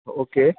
okay